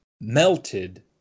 melted